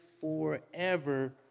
forever